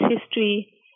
history